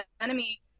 enemy